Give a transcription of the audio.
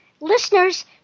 Listeners